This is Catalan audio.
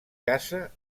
casa